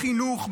בחינוך,